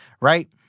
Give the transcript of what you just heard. Right